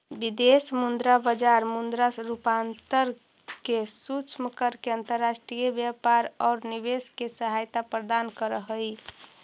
विदेश मुद्रा बाजार मुद्रा रूपांतरण के सक्षम करके अंतर्राष्ट्रीय व्यापार औउर निवेश में सहायता प्रदान करऽ हई